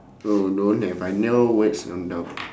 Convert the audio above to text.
oh don't have I never